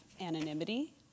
anonymity